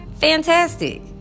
fantastic